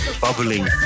Bubbling